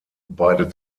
beide